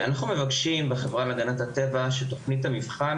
אנחנו מבקשים בחברה להגנת הטבע שתוכנית המבחן